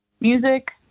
Music